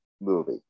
movie